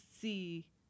see